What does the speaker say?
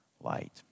light